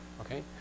Okay